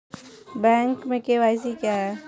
Bank में KYC क्या है?